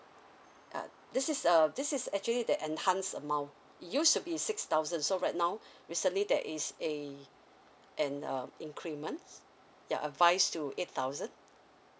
uh this is uh this is actually the enhance amount it used to be six thousand so right now recently there is a an uh increment yeah advise to eight thousand